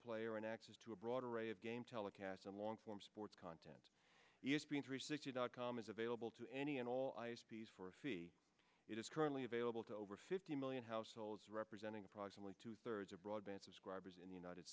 player and access to a broad array of game telecasts and long form sports content e s p n three sixty dot com is available to any and all for a fee it is currently available to over fifty million households representing approximately two thirds of broadband subscribers in the united